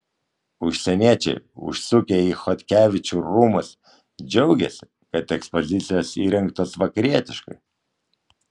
užsieniečiai užsukę į chodkevičių rūmus džiaugiasi kad ekspozicijos įrengtos vakarietiškai